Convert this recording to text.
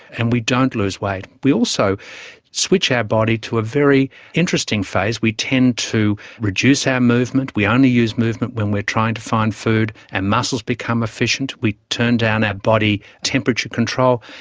and we don't lose weight. we also switch our body to a very interesting phase, we tend to reduce our ah movement, we only use movement when we are trying to find food, and muscles become efficient. we turn down our body temperature control,